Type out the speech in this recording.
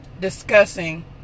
discussing